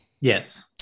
Yes